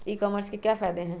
ई commerce के क्या फायदे हैं?